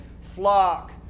flock